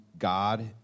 God